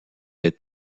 est